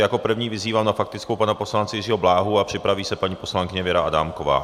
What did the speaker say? Jako první vyzývám na faktickou pana poslance Jiřího Bláhu a připraví se paní poslankyně Věra Adámková.